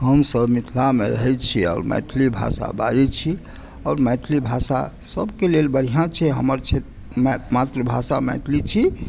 हमसभ मिथिलामे रहै छी आओर मैथिली भाषा बाजै छी आओर मैथिली भाषा सभके लेल बढ़िऑं छै हमर मातृभाषा मैथिली छी